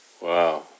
Wow